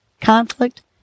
conflict